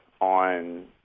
on